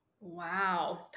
Wow